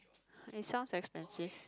it sounds expensive